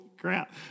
crap